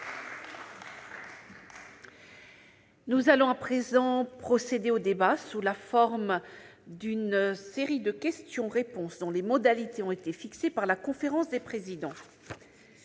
Nous allons procéder au débat sous la forme d'une série de questions-réponses dont les modalités ont été fixées par la conférence des présidents.